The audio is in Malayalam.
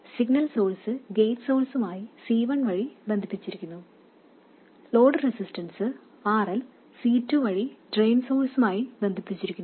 സിഗ്നൽ സോഴ്സ് ഗേറ്റ് സോഴ്സ്മായി C1 വഴി ബന്ധിപ്പിച്ചിരിക്കുന്നു ലോഡ് റെസിസ്റ്റൻസ് RL C2 വഴി ഡ്രെയിൻ സോഴ്സ്മായി ബന്ധിപ്പിച്ചിരിക്കുന്നു